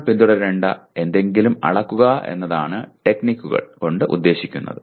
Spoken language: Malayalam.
നിങ്ങൾ പിന്തുടരേണ്ട എന്തെങ്കിലും അളക്കുക എന്നതാണ് ടെക്നിക്കുകൾ കൊണ്ട് ഉദ്ദേശിക്കുന്നത്